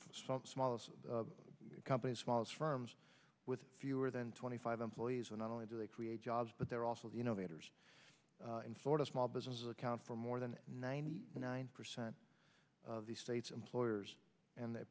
from smallest companies follows firms with fewer than twenty five employees and not only do they create jobs but they're also you know the others in florida small businesses account for more than ninety nine percent of the state's employers and they